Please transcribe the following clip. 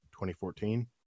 2014